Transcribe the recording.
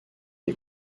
est